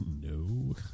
No